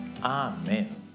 amen